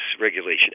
regulation